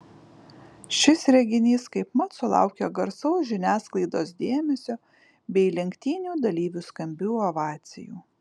šis reginys kaipmat sulaukė gausaus žiniasklaidos dėmesio bei lenktynių dalyvių skambių ovacijų